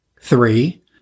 Three